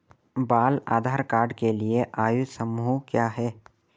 बाल आधार कार्ड के लिए आयु समूह क्या है?